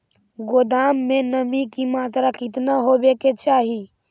गोदाम मे नमी की मात्रा कितना होबे के चाही?